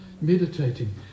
meditating